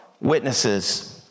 witnesses